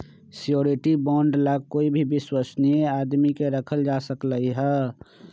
surety bond ला कोई भी विश्वस्नीय आदमी के रखल जा सकलई ह